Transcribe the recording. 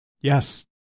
Yes